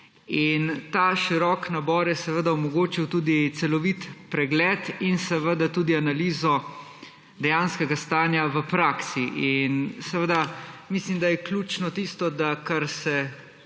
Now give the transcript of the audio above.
Ta širok nabor je seveda omogočil tudi celovit pregled in seveda tudi analizo dejanskega stanja v praksi. Mislim, da je ključno tisto, da kar se